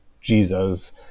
Jesus